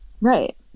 Right